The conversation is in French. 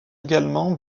également